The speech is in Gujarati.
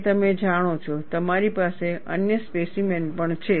અને તમે જાણો છો તમારી પાસે અન્ય સ્પેસિમેન્સ પણ છે